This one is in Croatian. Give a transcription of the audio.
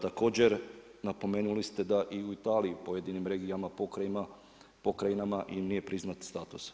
Također napomenuli ste da u Italiji u pojedinim regijama, pokrajinama i nije priznat status.